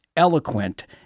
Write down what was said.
eloquent